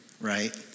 right